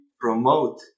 promote